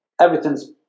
everything's